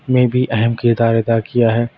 میں بھی اہم کردار ادا کیا ہے